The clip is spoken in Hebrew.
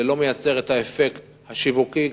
זה לא מייצר את האפקט השיווקי,